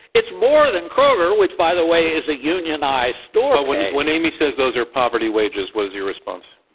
it's more than kroger which, by the way, is a unionized store when when amy says those are poverty wages, what is your response?